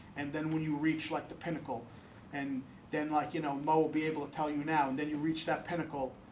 and then when you reach like the pinnacle and then like you know mo we'll be able to tell you now, and then you reach that pinnacle,